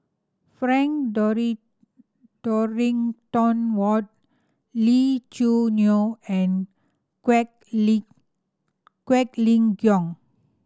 Frank Dorrington Ward Lee Choo Neo and Quek Lee Quek Ling Kiong